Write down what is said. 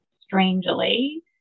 strangely